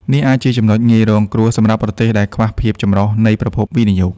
នេះអាចជាចំណុចងាយរងគ្រោះសម្រាប់ប្រទេសដែលខ្វះភាពចម្រុះនៃប្រភពវិនិយោគ។